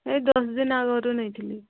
ଏଇ ଦଶ ଦିନ ଆଗରୁ ନେଇଥିଲି